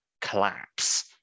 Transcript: collapse